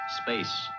Space